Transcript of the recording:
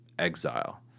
Exile